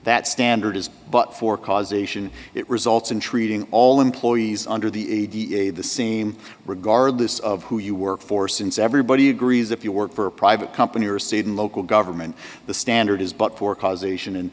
that standard is but for causation it results in treating all employees under the a d a the scene regardless of who you work for since everybody agrees if you work for a private company or state and local government the standard is but for causation and